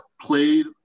played